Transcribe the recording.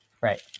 right